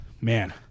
man